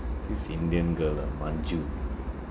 this indian girl ah manju